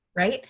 right?